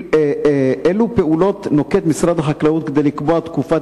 אילו פעולות נוקט משרד החקלאות כדי לקבוע תקופת